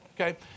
Okay